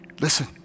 listen